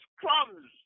crumbs